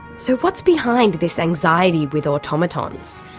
so what's behind this anxiety with automatons?